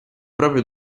proprio